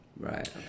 Right